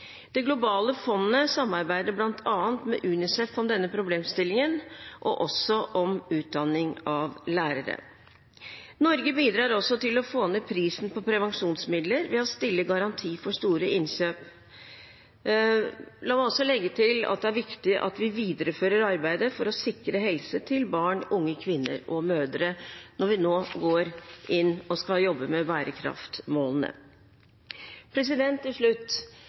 Det globale fondet samarbeider bl.a. med UNICEF om denne problemstillingen og også om utdanning av lærere. Norge bidrar også til å få ned prisen på prevensjonsmidler ved å stille garanti for store innkjøp. La meg legge til at det er viktig at vi viderefører arbeidet for å sikre helse til barn, unge kvinner og mødre når vi nå går inn og skal jobbe med bærekraftsmålene. Til slutt: